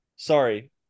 Sorry